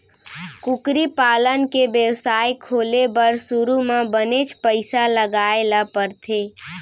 कुकरी पालन के बेवसाय खोले बर सुरू म बनेच पइसा लगाए ल परथे